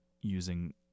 using